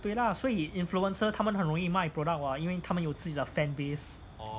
对 lah 所以 influencer 他们很容易卖 product [what] 因为他们有自己的 fan base